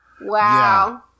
Wow